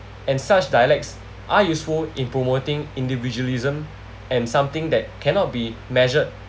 and such dialects are useful in promoting individualism and something that cannot be measured